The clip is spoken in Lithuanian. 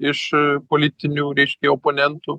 iš politinių reiškia oponentų